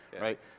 right